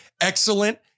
excellent